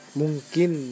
mungkin